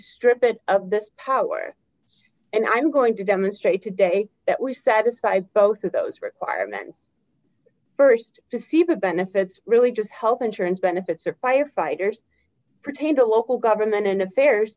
strip it of this power and i'm going to demonstrate today that we satisfy both of those requirements first to see the benefits really just health insurance benefits are firefighters pertain to local government affairs